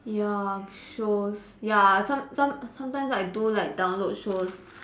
ya so ya some some sometimes I do like download shows